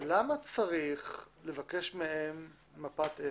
למה צריך לבקש מהם מפת עסק?